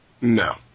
No